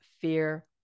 fear